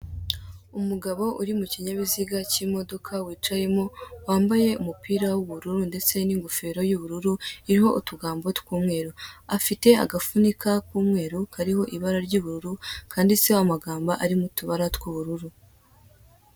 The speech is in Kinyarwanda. Umugabo uri mukinyabiziga cy'imodoka wicayemo, wambaye umupira w'ubururu ndetse n'ingofero y'ubururu iriho utugambo tw'umweru, afite agapfunyika k'umweru kariho ibara ry'ubururu, kanditseho amagambo ari mu tubara tw'ubururu.